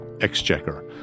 exchequer